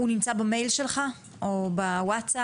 הוא נמצא במייל שלך או בוואטסאפ,